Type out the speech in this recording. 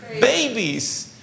babies